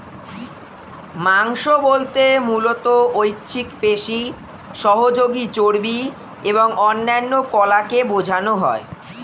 মাংস বলতে মূলত ঐচ্ছিক পেশি, সহযোগী চর্বি এবং অন্যান্য কলাকে বোঝানো হয়